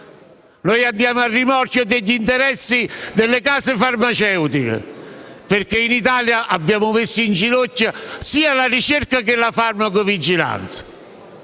Andiamo a rimorchio degli interessi delle case farmaceutiche, perché in Italia abbiamo messo in ginocchio sia la ricerca che la farmacovigilanza.